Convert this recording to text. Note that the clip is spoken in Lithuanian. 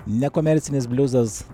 nekomercinis bliuzas